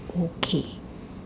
okay